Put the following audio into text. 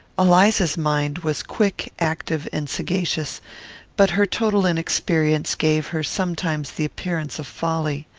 eliza's mind was quick, active, and sagacious but her total inexperience gave her sometimes the appearance of folly.